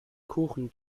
kuchen